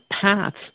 paths